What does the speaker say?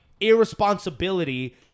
irresponsibility